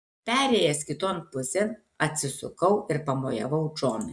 perėjęs kiton pusėn atsisukau ir pamojavau džonui